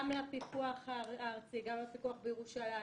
גם לפיקוח הארצי, גם לפיקוח בירושלים.